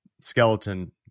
skeleton